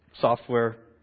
software